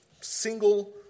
single